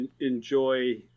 enjoy